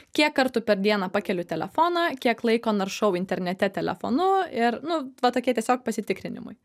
kiek kartų per dieną pakeliu telefoną kiek laiko naršau internete telefonu ir nu va tokie tiesiog pasitikrinimui